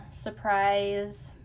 surprise